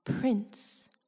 Prince